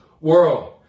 world